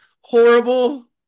horrible